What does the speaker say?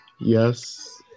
Yes